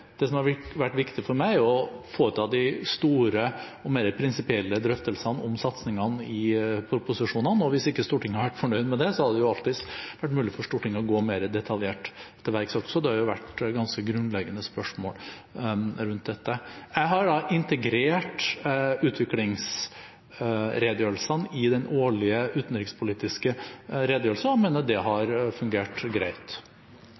Det som har vært viktig for meg, er å foreta de store og mer prinsipielle drøftelsene om satsingene i proposisjonene, og hvis ikke Stortinget har vært fornøyd med det, har det jo alltid vært mulig for Stortinget å gå mer detaljert til verks også – det har jo vært ganske grunnleggende spørsmål rundt dette. Jeg har integrert utviklingsredegjørelsene i den årlige utenrikspolitiske redegjørelsen og mener det har fungert greit.